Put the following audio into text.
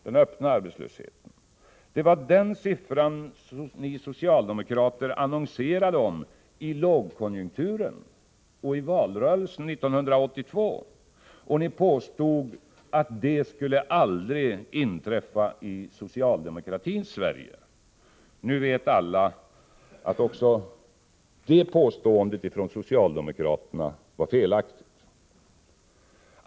Det var en siffra ni socialdemokrater nämnde under lågkonjunkturen och valrörelsen 1982, och ni påstod att en så hög arbetslöshet aldrig skulle kunna förekomma i socialdemokratins Sverige. Nu vet alla att också det påståendet från socialdemokraterna var felaktigt.